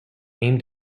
aimed